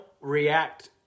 react